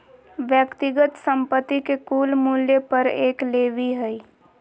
व्यक्तिगत संपत्ति के कुल मूल्य पर एक लेवी हइ